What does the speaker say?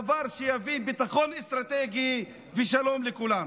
דבר שיביא ביטחון אסטרטגי ושלום לכולנו.